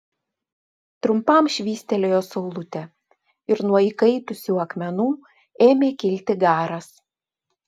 trumpam švystelėjo saulutė ir nuo įkaitusių akmenų ėmė kilti garas